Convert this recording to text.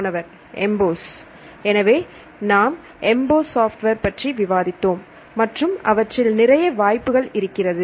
மாணவர் எம்போஸ் எனவே நாம் எம்போஸ் சாஃப்ட்வேர் பற்றி விவாதித்தோம் மற்றும் அவற்றில் நிறைய வாய்ப்புகள் இருக்கிறது